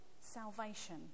salvation